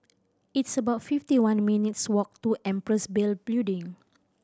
it's about fifty one minutes' walk to Empress Building